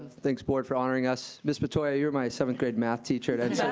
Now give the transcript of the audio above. thanks board for honoring us. mrs. metoyer, you were my seventh grade math teacher at